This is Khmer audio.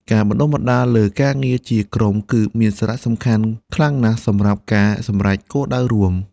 ការបណ្តុះបណ្តាលលើការងារជាក្រុមគឺមានសារៈសំខាន់ខ្លាំងណាស់សម្រាប់ការសម្រេចគោលដៅរួម។